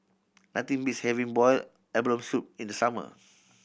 nothing beats having boiled abalone soup in the summer